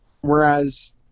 Whereas